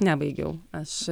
nebaigiau aš